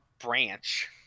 branch